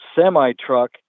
semi-truck